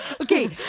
Okay